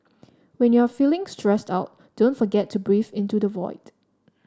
when you are feeling stressed out don't forget to breathe into the void